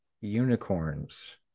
unicorns